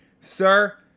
sir